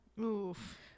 Oof